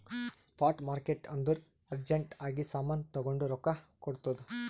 spot market ಅಂದುರ್ urgent ಆಗಿ ಸಾಮಾನ್ ತಗೊಂಡು ರೊಕ್ಕಾ ಕೊಡ್ತುದ್